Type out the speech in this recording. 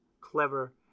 clever